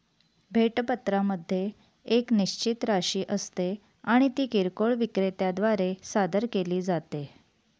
भेट पत्रामध्ये एक निश्चित राशी असते आणि ती किरकोळ विक्रेत्या द्वारे सादर केली जाते